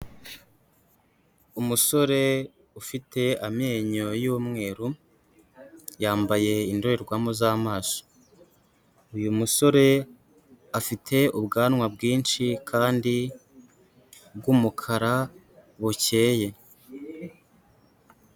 Umusore ufite amenyo y'umweru yambaye indorerwamo z'amaso, uyu musore afite ubwanwa bwinshi kandi bw'umukara bukeye.